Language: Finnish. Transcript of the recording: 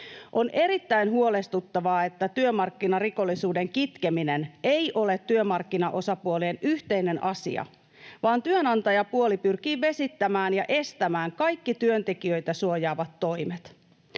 On erittäin huolestuttavaa, että työmarkkinarikollisuuden kitkeminen ei ole työmarkkinaosapuolien yhteinen asia, vaan työnantajapuoli pyrkii vesittämään ja estämään kaikki työntekijöitä suojaavat toimet.